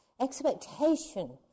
expectation